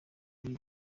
muri